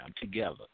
together